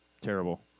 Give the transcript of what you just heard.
terrible